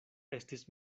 estis